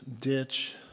ditch